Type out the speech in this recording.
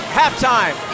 halftime